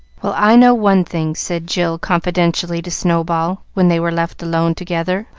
well, i know one thing, said jill confidentially to snow-ball, when they were left alone together,